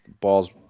balls